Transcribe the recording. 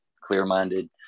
clear-minded